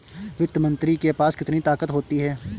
वित्त मंत्री के पास कितनी ताकत होती है?